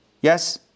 Yes